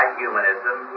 humanism